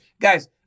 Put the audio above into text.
Guys